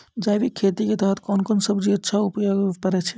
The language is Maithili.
जैविक खेती के तहत कोंन कोंन सब्जी अच्छा उगावय पारे छिय?